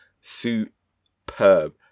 Superb